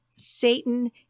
Satan